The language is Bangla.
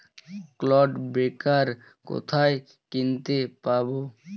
ক্লড ব্রেকার কোথায় কিনতে পাব?